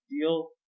deal